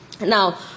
Now